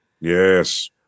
Yes